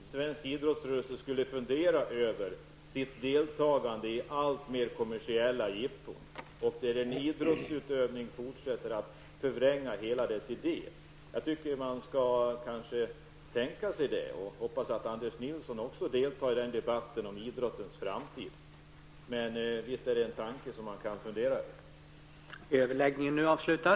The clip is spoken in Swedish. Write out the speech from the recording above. Herr talman! Jag tycker att den svenska idrottsrörelsen skulle fundera över sitt deltagande i kommersiella jippon, som förvränger hela idrottsutövningens idé. Jag tycker att man skall tänka på det, och jag hoppas att Anders Nilsson också deltar i debatten om idrottens framtid. Visst är det en tanke som man kan fundera över.